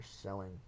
selling